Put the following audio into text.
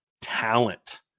talent